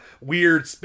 weird